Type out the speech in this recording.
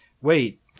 Wait